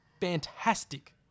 fantastic